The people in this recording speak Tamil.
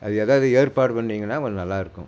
அது ஏதாவது ஏற்பாடு பண்ணீங்கன்னா கொஞ்சம் நல்லா இருக்கும்